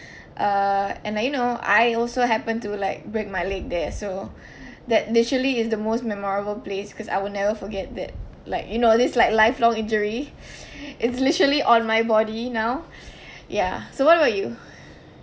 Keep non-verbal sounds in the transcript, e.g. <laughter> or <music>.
uh and I you know I also happened to like break my leg there so that naturally is the most memorable place cause I will never forget that like you know this like life long injury <breath> it's literally on my body now <breath> yeah so what about you